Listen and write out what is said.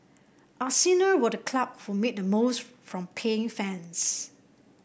Arsenal were the club who made the most from paying fans